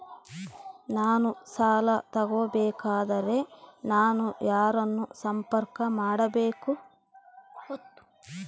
ನಾನು ಸಾಲ ತಗೋಬೇಕಾದರೆ ನಾನು ಯಾರನ್ನು ಸಂಪರ್ಕ ಮಾಡಬೇಕು?